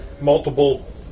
multiple